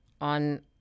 on